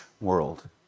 world